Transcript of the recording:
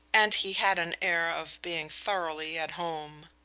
and he had an air of being thoroughly at home.